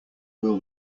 will